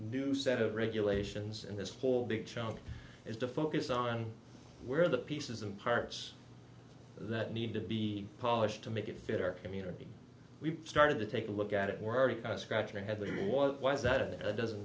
new set of regulations and this whole big chunk is to focus on where the pieces and parts that need to be polished to make it fit our community we've started to take a look at it we're already kind of scratch your head leaning one way is that it doesn't